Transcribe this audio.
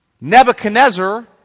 Nebuchadnezzar